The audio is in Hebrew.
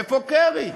איפה קרי?